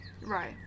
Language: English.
Right